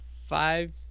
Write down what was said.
five